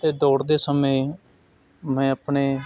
ਅਤੇ ਦੌੜਦੇ ਸਮੇਂ ਮੈਂ ਆਪਣੇ